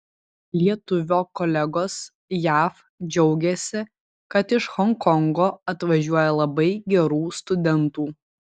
lietuvio kolegos jav džiaugiasi kad iš honkongo atvažiuoja labai gerų studentų